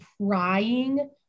prying